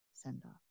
send-off